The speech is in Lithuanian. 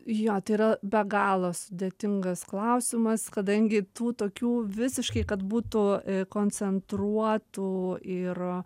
jo tai yra be galo sudėtingas klausimas kadangi tų tokių visiškai kad būtų koncentruotų ir